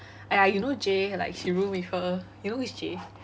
!aiya! you know J like she room with her you know who is J